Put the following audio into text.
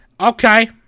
Okay